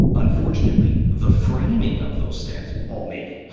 unfortunately, the framing of those stands all me.